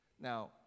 Now